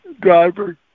Driver